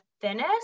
thinnest